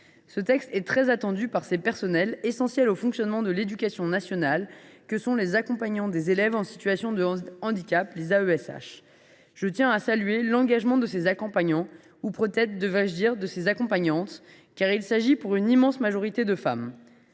Ce texte est très attendu par ces personnels essentiels au fonctionnement de l’éducation nationale que sont les accompagnants d’élèves en situation de handicap (AESH). Je tiens à saluer l’engagement de ces accompagnants ; peut être devrais je dire « de ces accompagnantes », car il s’agit pour une immense majorité de femmes.